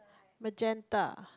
magenta